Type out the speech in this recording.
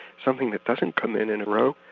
something that doesn't come in in a row,